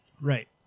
right